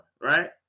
right